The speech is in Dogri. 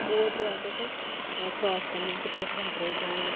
ओह् दरवाजा असें क्रास करना ते फ्ही असें अंदरै गी जाना